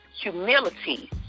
humility